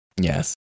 Yes